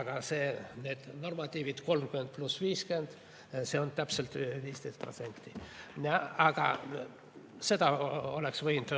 aga need normatiivid 30 + 50, see on täpselt 15%. Seda oleks võinud